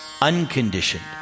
unconditioned